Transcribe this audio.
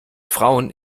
frauen